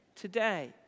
today